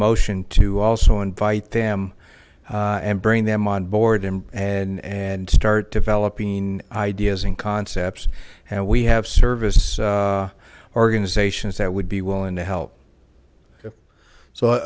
motion to also invite them and bring them on board him and start developing ideas and concepts and we have service organizations that would be willing to help so